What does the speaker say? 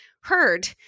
heard